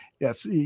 Yes